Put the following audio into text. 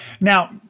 Now